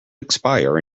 expire